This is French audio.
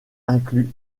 inclus